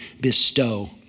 bestow